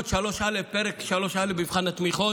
בפרק 3(א) במבחן התמיכות,